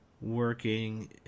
working